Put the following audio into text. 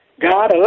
God